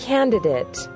Candidate